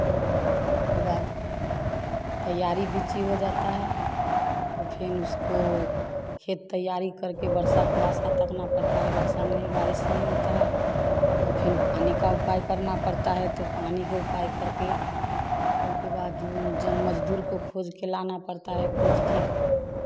एको बाद तैयारी बिची हो जाता है तो फिर उसको खेत तैयारी करके वर्षा को आशा ताकना पड़ता है वर्षा नहीं बारिश नहीं होता है तो फिर पानी का उपाय करना पड़ता है तो पानी को उपाय करके